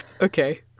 Okay